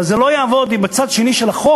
אבל זה לא יעבוד אם בצד השני של החוק,